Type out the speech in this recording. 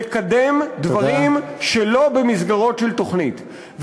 לקדם דברים שלא במסגרות של תוכנית.